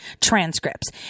transcripts